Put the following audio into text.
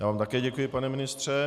Já vám také děkuji, pane ministře.